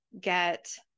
get